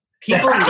People